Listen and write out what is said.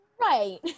Right